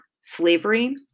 slavery